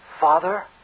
Father